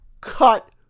cut